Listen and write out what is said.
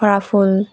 সৰাফুল